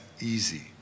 easy